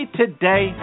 today